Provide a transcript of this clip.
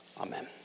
amen